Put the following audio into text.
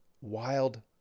wild